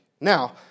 Now